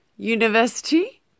University